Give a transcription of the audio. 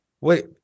Wait